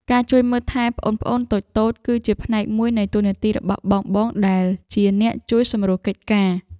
ការជួយមើលថែប្អូនៗតូចៗ គឺជាផ្នែកមួយនៃតួនាទីរបស់បងៗដែលជាអ្នកជួយសម្រួលកិច្ចការ។